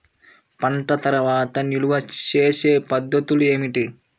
పంట తర్వాత నిల్వ చేసే పద్ధతులు ఏమిటి?